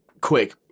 quick